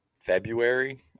February